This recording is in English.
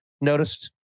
Noticed